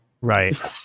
Right